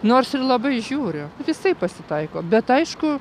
nors ir labai žiūriu visaip pasitaiko bet aišku